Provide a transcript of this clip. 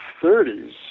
30s